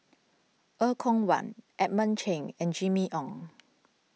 Er Kwong Wah Edmund Cheng and Jimmy Ong